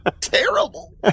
terrible